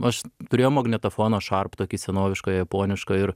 aš turėjau magnetofoną šarp tokį senovišką japonišką ir